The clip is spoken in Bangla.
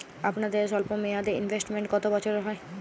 আপনাদের স্বল্পমেয়াদে ইনভেস্টমেন্ট কতো বছরের হয়?